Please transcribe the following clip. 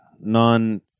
non